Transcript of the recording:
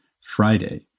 Friday